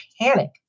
panic